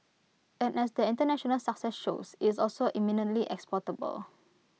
and as their International success shows it's also eminently exportable